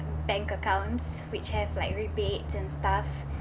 bank accounts which have like rebates and stuff